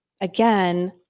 again